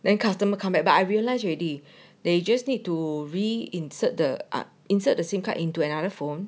then customer come back but I realize already they just need to re-insert the ah insert the SIM card into another phone